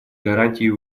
гарантией